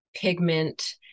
pigment